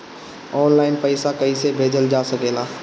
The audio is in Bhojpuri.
आन लाईन पईसा कईसे भेजल जा सेकला?